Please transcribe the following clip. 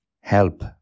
help